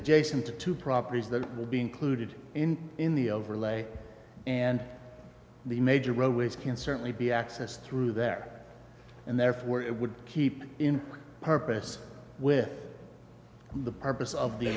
adjacent to two properties that will be included in in the overlay and the major roadways can certainly be accessed through that area and therefore it would keep in purpose with the purpose of the